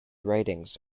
writings